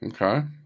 Okay